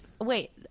Wait